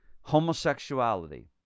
homosexuality